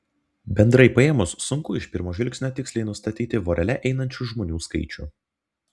bendrai paėmus sunku iš pirmo žvilgsnio tiksliai nustatyti vorele einančių žmonių skaičių